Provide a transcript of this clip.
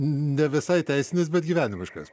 ne visai teisinis bet gyvenimiškas